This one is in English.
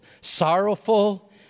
sorrowful